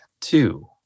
two